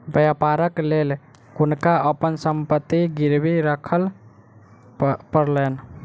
व्यापारक लेल हुनका अपन संपत्ति गिरवी राखअ पड़लैन